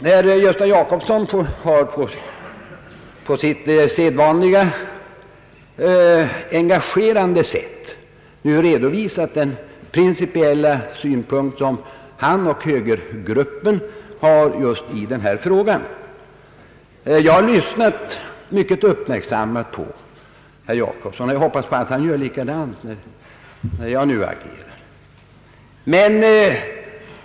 Herr Gösta Jacobsson har på sitt sedvanliga, engagerande sätt redovisat den principiella synpunkt som han och högerpartiet har i denna fråga. Jag har lyssnat mycket uppmärksamt på herr Jacobsson, och jag hoppas att han gör likadant när jag nu agerar.